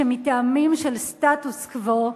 שמטעמים של סטטוס-קוו,